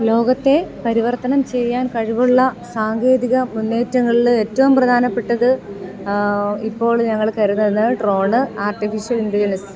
ലോകത്തെ പരിവർത്തനം ചെയ്യാൻ കഴിവുള്ള സാങ്കേതിക മുന്നേറ്റങ്ങളിൽ ഏറ്റവും പ്രധാനപ്പെട്ടത് ഇപ്പോൾ ഞങ്ങൾ കരുതുന്ന ഡ്രോണ് ആർട്ടിഫിഷ്യൽ ഇൻ്ലിജൻസ്